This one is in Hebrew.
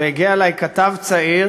והגיע אלי כתב צעיר